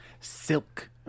Silk